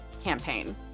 campaign